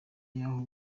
yaho